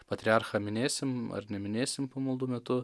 patriarchą minėsim ar neminėsim pamaldų metu